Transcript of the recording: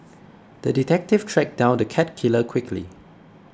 the detective tracked down the cat killer quickly